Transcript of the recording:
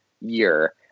year